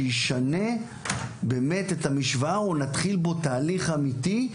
שישנה באמת את המשוואה או נתחיל בו תהליך אמיתי.